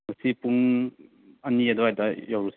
ꯉꯁꯤ ꯄꯨꯡ ꯑꯅꯤ ꯑꯗꯨꯋꯥꯏꯗ ꯌꯧꯔꯨꯁꯤ